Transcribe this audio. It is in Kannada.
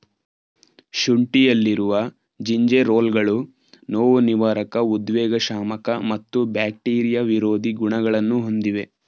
ಶುಂಠಿಯಲ್ಲಿರುವ ಜಿಂಜೆರೋಲ್ಗಳು ನೋವುನಿವಾರಕ ಉದ್ವೇಗಶಾಮಕ ಮತ್ತು ಬ್ಯಾಕ್ಟೀರಿಯಾ ವಿರೋಧಿ ಗುಣಗಳನ್ನು ಹೊಂದಿವೆ